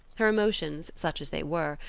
her emotions, such as they were,